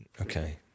Okay